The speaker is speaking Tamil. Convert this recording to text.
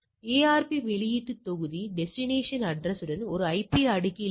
எனவே பெறப்பட்டவை எதிர்பார்க்கப்பட்டவை என்ற இன்மை கருதுகோளை நாம் நிராகரிக்கிறோம்